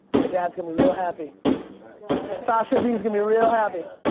my dad's gonna be real happy. take a shot sasha v's gonna be real happy.